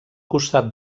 costat